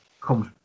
Comes